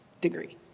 degree